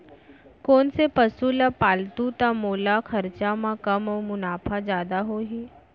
कोन से पसु ला पालहूँ त मोला खरचा कम अऊ मुनाफा जादा होही?